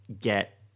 get